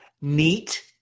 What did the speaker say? neat